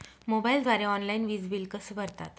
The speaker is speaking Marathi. मोबाईलद्वारे ऑनलाईन वीज बिल कसे भरतात?